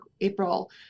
April